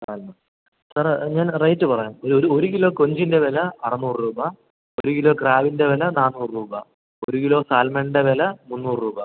salmon സാറേ ഞാൻ rate പറയാം ഒരു ഒരു ഒരു കിലോ കൊഞ്ചിൻ്റെ വില അറുന്നൂറ് രൂപ ഒരു കിലോ ക്രാബിൻ്റെ വില നാന്നൂറ് രൂപ ഒരു കിലോ സാൽമണിൻ്റെ വില മുന്നൂറ് രൂപ